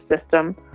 system